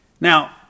Now